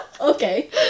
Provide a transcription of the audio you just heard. Okay